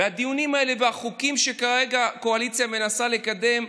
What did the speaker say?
והדיונים האלה והחוקים שכרגע הקואליציה מנסה לקדם,